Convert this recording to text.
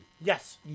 Yes